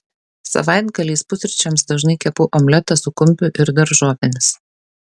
savaitgaliais pusryčiams dažnai kepu omletą su kumpiu ir daržovėmis